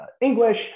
English